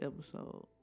episode